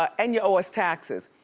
and you owe us taxes.